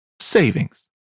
savings